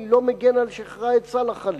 אני לא מגן, חלילה,